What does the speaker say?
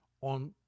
on